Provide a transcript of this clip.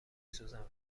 سوزم